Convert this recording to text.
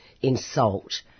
insult